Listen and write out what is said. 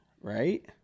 right